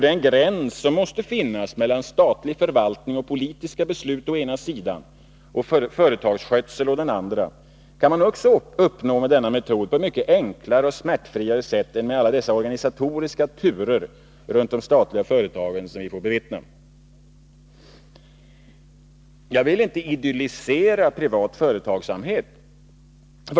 Den gräns som måste finnas mellan statlig förvaltning och politiska beslut å ena sidan och företagsskötsel å den andra kan man också uppnå med denna metod, på ett mycket enklare och smärtfriare sätt än med alla dessa organisatoriska turer runt de statliga företagen som vi får bevittna. Jag vill inte idyllisera privat företagsamhet.